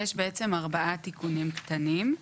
יש בעצם ארבעה תיקונים קטנים.